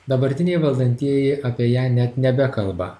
dabartiniai valdantieji apie ją net nebekalba